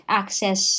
access